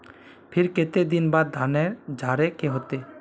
फिर केते दिन बाद धानेर झाड़े के होते?